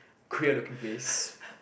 queer looking place